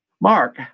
Mark